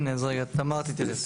הנה, אז רגע, תמר תתייחס.